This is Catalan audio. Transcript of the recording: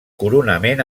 coronament